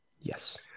Yes